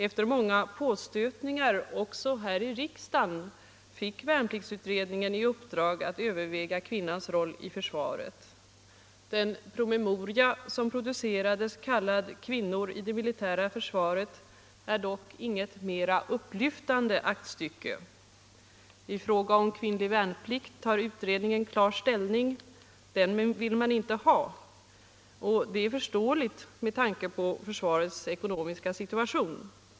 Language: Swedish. Efter många påstötningar, också här i riksdagen, fick värnpliktsutredningen i uppdrag att överväga kvinnans roll i försvaret. Den promemoria som producerades — kallad ”Kvinnor i det militära försvaret” - är dock inget mera upplyftande aktstycke. I fråga om kvinnlig värnplikt tar utredningen klar ställning; den vill man inte ha. Och det är förståeligt med tanke på försvarets ekonomiska situation.